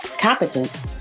competence